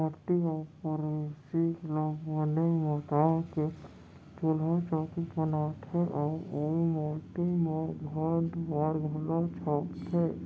माटी अउ पेरोसी ल बने मता के चूल्हा चैकी बनाथे अउ ओइ माटी म घर दुआर घलौ छाबथें